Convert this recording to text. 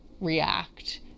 react